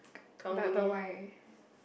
karang-guni eh